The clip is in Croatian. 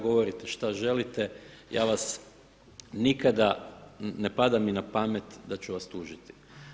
Govorite što želite, ja vas nikada, ne pada mi na pamet da ću vas tužiti.